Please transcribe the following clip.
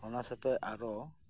ᱚᱱᱟ ᱥᱟᱣᱛᱮ ᱟᱨᱚ